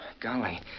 Golly